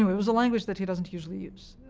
it was a language that he doesn't usually use.